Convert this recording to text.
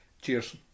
Cheers